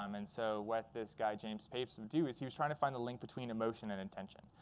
um and so what this guy james papez would do is he was trying to find the link between emotion and intention.